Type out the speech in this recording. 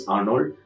Arnold